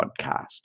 podcast